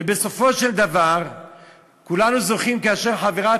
ובסופו של דבר כולנו זוכרים שכאשר חברת